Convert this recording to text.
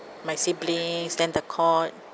my siblings then the court